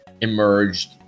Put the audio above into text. emerged